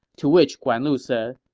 to which guan lu said,